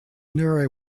near